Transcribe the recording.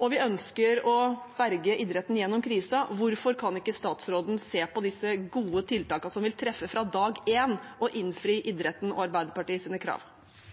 og vi ønsker å berge idretten gjennom krisen, hvorfor kan ikke statsråden se på disse gode tiltakene, som vil treffe fra dag én, og innfri idrettens og Arbeiderpartiets krav?